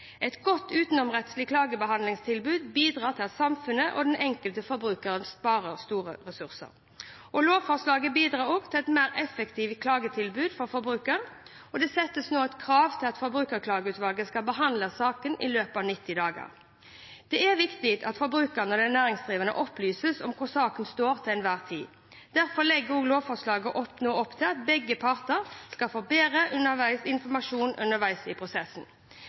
Et godt utenomrettslig klagebehandlingstilbud bidrar til at samfunnet og den enkelte forbruker sparer store ressurser. Lovforslaget bidrar også til et mer effektivt klagetilbud for forbrukeren. Det settes nå et krav om at Forbrukerklageutvalget skal behandle saken i løpet av 90 dager. Det er viktig at forbrukeren og den næringsdrivende opplyses om hvor saken står til enhver tid. Derfor legger også lovforslaget nå opp til at begge parter skal få bedre informasjon underveis i prosessen.